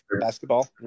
Basketball